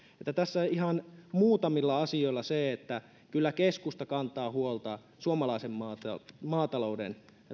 tässä ihan muutamilla asioilla osoitettuna se että kyllä keskusta kantaa huolta suomalaisen maatalouden